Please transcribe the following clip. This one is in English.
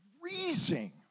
freezing